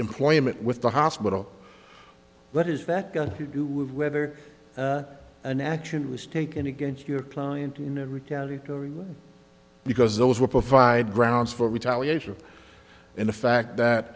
employment with the hospital but is that going to do with whether an action was taken against your client in a retaliatory because those will provide grounds for retaliation and the fact that